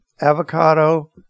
avocado